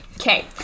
Okay